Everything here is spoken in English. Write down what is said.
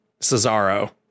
Cesaro